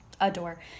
adore